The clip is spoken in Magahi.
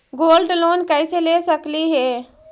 गोल्ड लोन कैसे ले सकली हे?